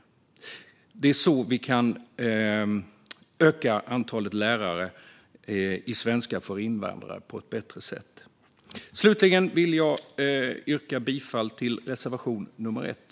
Det är så vi kan öka antalet lärare i svenska för invandrare på ett bättre sätt. Slutligen vill jag yrka bifall till reservation 1.